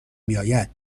میآید